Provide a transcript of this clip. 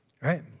Right